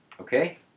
Okay